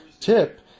tip